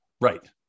Right